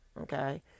okay